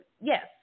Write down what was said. yes